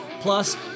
Plus